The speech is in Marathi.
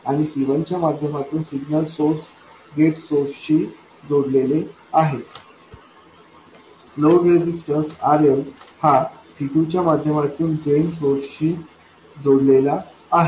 आणि C1 च्या माध्यमातून सिग्नल सोर्स गेट सोर्स शी जोडलेले आहे लोड रेझिस्टन्स RL हा C2 च्या माध्यमातून ड्रेन सोर्सशी जोडलेले आहे